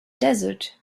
desert